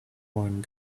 one